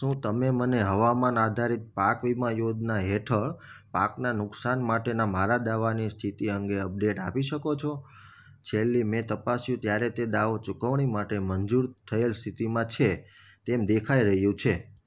શું તમે મને હવામાન આધારિત પાક વીમા યોજના હેઠળ પાકના નુકસાન માટેના મારા દાવાની સ્થિતિ અંગે અપડેટ આપી શકો છો છેલ્લી મેં તપાસ્યું ત્યારે તે દાવો ચુકવણી માટે મંજૂર થયેલ સ્થિતિમાં છે તેમ દેખાઈ રહ્યું છે